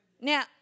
Now